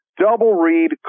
double-read